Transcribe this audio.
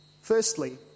Firstly